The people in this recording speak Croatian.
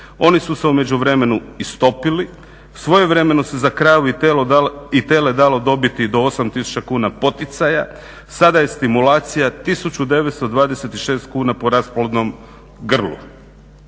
oni su se u međuvremenu istopili, svojevremeno se za kravu i tele dalo dobiti do 8000 kuna poticaja, sada je stimulacija 1926 kuna po rasplodnom grlu.